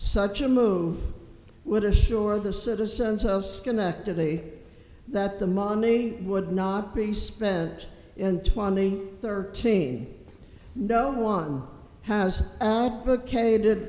such a move would assure the citizens of schenectady that the money would not be spent in twenty thirteen no one has advocated